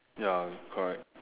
ya correct